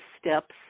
steps